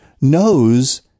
knows